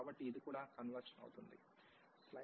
కాబట్టి ఇది కూడా కన్వెర్జ్ అవుతుంది